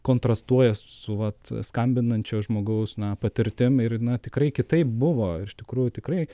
kontrastuoja su vat skambinančio žmogaus na patirtim ir na tikrai kitaip buvo iš tikrųjų tikrai